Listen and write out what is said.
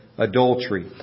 Adultery